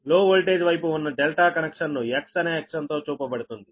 లో వోల్టేజ్ వైపు ఉన్న ∆ కనెక్షన్ ను 'X'అనే అక్షరంతో చూపబడుతుంది